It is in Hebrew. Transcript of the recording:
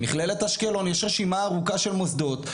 מכללת אשקלון יש רשימה ארוכה של מוסדות.